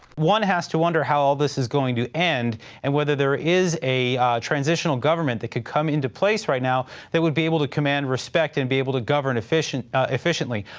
one has to wonder how all this is going to end and whether there is a transitional government that could come into place right now that would be able to command respect and be able to govern efficiently.